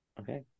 Okay